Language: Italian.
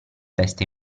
peste